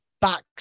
back